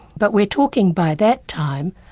but we're talking, by that time,